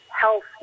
health